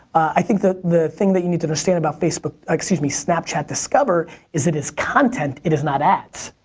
i think the the thing that you need to understand about facebook, excuse me, snapchat discover is it is content, it is not ads.